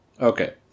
Okay